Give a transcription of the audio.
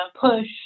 push